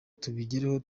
tubigereho